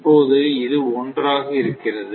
இப்போது இது ஒன்றாக இருக்கிறது